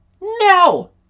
No